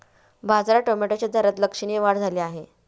बाजारात टोमॅटोच्या दरात लक्षणीय वाढ झाली आहे